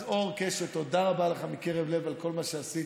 אז, אור קשת, תודה רבה לך מקרב לב על כל מה שעשית,